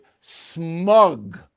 smug